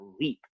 leap